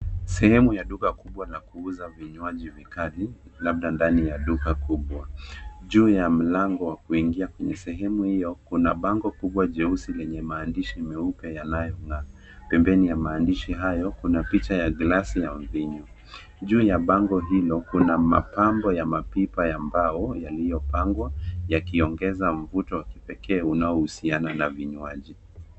Sehemu ya duka kubwa la kuuza vinywaji vikali labda ndani ya duka kubwa. Juu ya mlango wa kuingia kwenye sehemu hiyo kuna bango kubwa jeusi lenye maandishi meupe yanayong'aa. Pembeni ya maandishi hayo kuna picha ya glasi ya mvinyo. Juu ya bango hilo kuna mapambo ya mapipa ya mbao yaliyopangwa yakiongeza mvuto wa kipekee unaohusiana na vinywaji.